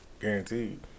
Guaranteed